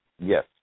Yes